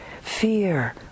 fear